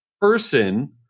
Person